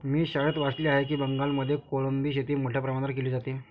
मी शाळेत वाचले आहे की बंगालमध्ये कोळंबी शेती मोठ्या प्रमाणावर केली जाते